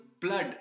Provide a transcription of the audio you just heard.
blood